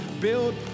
build